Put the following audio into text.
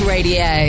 Radio